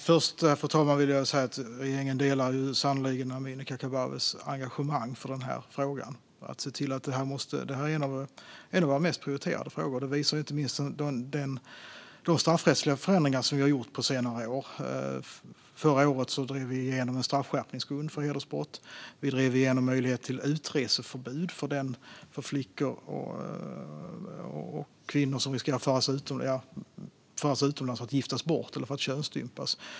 Fru talman! Regeringen delar sannerligen Amineh Kakabavehs engagemang för den här frågan. Det är en av våra högst prioriterade frågor. Det visar inte minst de straffrättsliga förändringar som vi har gjort på senare år. Förra året drev vi igenom en straffskärpningsgrund för hedersbrott. Vi drev igenom möjligheten att utfärda utreseförbud för flickor och kvinnor som riskerar att föras utomlands för att giftas bort eller könsstympas.